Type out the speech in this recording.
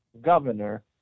Governor